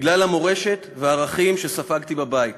בגלל המורשת והערכים שספגתי בבית.